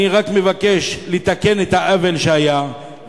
אני רק מבקש לתקן את העוול שהיה,